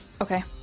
Okay